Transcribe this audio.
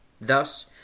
Thus